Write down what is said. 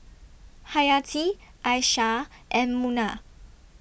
Hayati Aishah and Munah